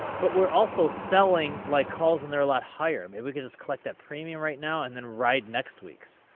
but we're also selling, like, calls and they're a lot higher. maybe we could just collect that premium right now and then ride next week's.